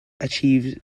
achieve